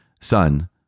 Son